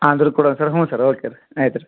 ಆದರೂ ಕೊಡಣ್ ಸರ್ ಹ್ಞೂ ಸರ್ ಓಕೆ ಆಯ್ತು ರೀ